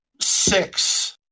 six